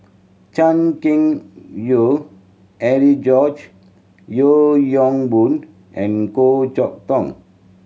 Chan Keng Howe Harry George Yeo Yong Boon and Goh Chok Tong